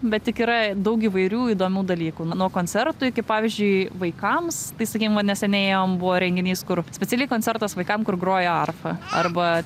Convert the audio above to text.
bet tik yra daug įvairių įdomių dalykų nuo koncertų iki pavyzdžiui vaikams tai sakym va neseniai ėjom buvo renginys kur specialiai koncertas vaikam kur grojo arfa arba